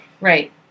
Right